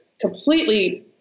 completely